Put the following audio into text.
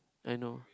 I know